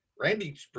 Randy